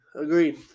Agreed